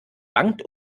bangt